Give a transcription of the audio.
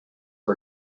who